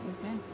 Okay